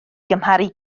gymharu